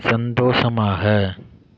சந்தோஷமாக